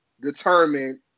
determined